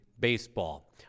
Baseball